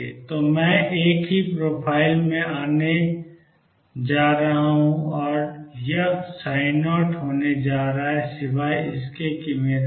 तो मैं एक ही प्रोफ़ाइल में आने जा रहा हूँ और यह0 होने जा रहा है सिवाय इसके कि मेरे पास